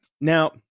Now